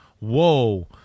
whoa